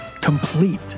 Complete